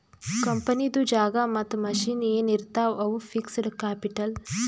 ಕಂಪನಿದು ಜಾಗಾ ಮತ್ತ ಮಷಿನ್ ಎನ್ ಇರ್ತಾವ್ ಅವು ಫಿಕ್ಸಡ್ ಕ್ಯಾಪಿಟಲ್